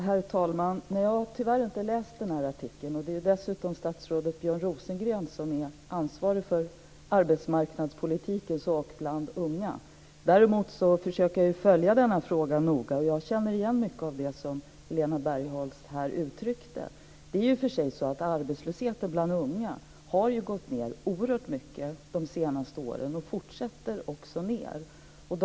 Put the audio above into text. Herr talman! Jag har tyvärr inte läst artikeln. Dessutom är det statsrådet Björn Rosengren som är ansvarig för arbetsmarknadspolitiken när det gäller unga. Däremot försöker jag följa denna fråga noga. Jag känner igen mycket av det som Helena Bargholtz här uttryckte. Arbetslösheten bland unga har gått ned oerhört mycket under de senaste åren, och den fortsätter också att minska.